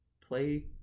play